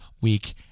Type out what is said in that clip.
week